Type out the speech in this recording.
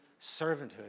servanthood